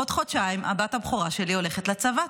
עוד חודשיים הבת הבכורה שלי הולכת לצבא.